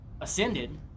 ascended